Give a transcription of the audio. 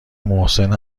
محسن